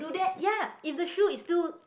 ya if the shoe is still